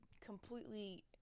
completely